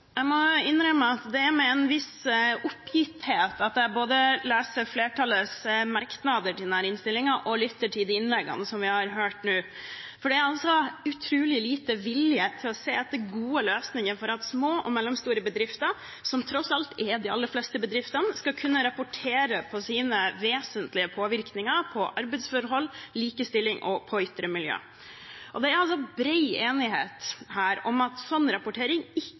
med en viss oppgitthet at jeg både leser flertallets merknader i denne innstillingen og lytter til innleggene vi har hørt nå. Det er utrolig lite vilje til å se etter gode løsninger for at små og mellomstore bedrifter, som tross alt er de aller fleste bedriftene, skal kunne rapportere om vesentlig påvirkning når det gjelder arbeidsforhold, likestilling og ytre miljø. Det er bred enighet her om at en slik rapportering ikke